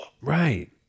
Right